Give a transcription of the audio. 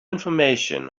information